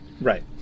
Right